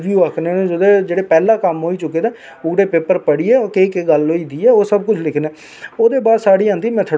और अवेयरनेस बी साढ़ी जनानियें गी साढ़ियें भैनें गी अवेयरनेस बी होई और ओहदे बाबजूद पाॅलीटिशन आने दा रीजन लोकें दा